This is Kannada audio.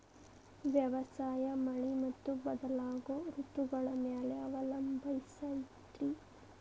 ವ್ಯವಸಾಯ ಮಳಿ ಮತ್ತು ಬದಲಾಗೋ ಋತುಗಳ ಮ್ಯಾಲೆ ಅವಲಂಬಿಸೈತ್ರಿ